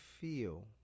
feel